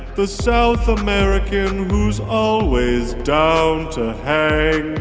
the south american who's always down to hang.